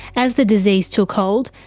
as the disease took hold,